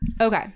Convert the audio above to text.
Okay